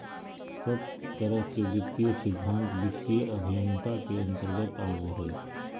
सब तरह के वित्तीय सिद्धान्त वित्तीय अभयन्ता के अन्तर्गत आवो हय